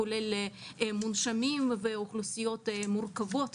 מונשמים ואוכלוסיות מורכבות.